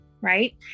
right